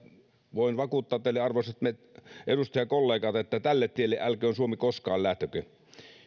voin vakuuttaa teille arvoisat edustajakollegat että tälle tielle älköön suomi koskaan lähtekö